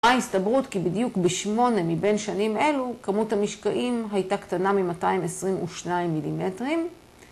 מה ההסתברות כי בדיוק בשמונה מבין שנים אלו כמות המשקעים הייתה קטנה מ-222 מילימטרים